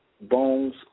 bones